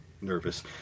nervous